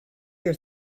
your